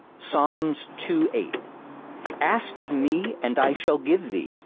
psalms two eight ask of me, and i shall give thee,